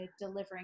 delivering